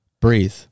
breathe